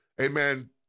amen